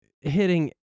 Hitting